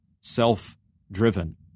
self-driven